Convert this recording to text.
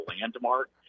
landmark